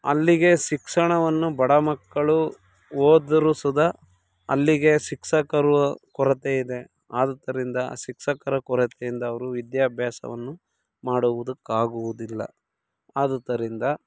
ಅಲ್ಲಿಗೆ ಶಿಕ್ಷಣವನ್ನು ಬಡ ಮಕ್ಕಳು ಓದ್ದವ್ರು ಸುದಾ ಅಲ್ಲಿಗೆ ಶಿಕ್ಷಕರು ಕೊರತೆ ಇದೆ ಆದುದ್ದರಿಂದ ಶಿಕ್ಷಕರ ಕೊರತೆಯಿಂದ ಅವರು ವಿದ್ಯಾಭ್ಯಾಸವನ್ನು ಮಾಡುವುದಕ್ಕಾಗುವುದಿಲ್ಲ ಆದುದ್ದರಿಂದ